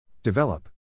Develop